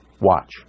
Watch